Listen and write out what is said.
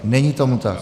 Není tomu tak.